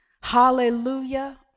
hallelujah